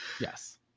Yes